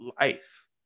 life